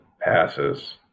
passes